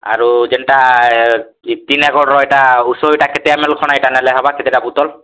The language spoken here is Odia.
ଆରୁ ଜେନ୍ତା ଇ ଟିଟଲାଗଡ଼ର ଇଟା ଉଷୋ ଇଟା କେତେ ଏମଏଲ ଖଣେ ନେଲେ ହେବା ଇଟା କେତେ ନେଲେ ହେବା କେତେଟା ବୋତଲ